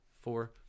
four